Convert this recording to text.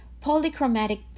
Polychromatic